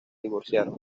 divorciaron